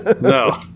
No